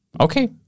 Okay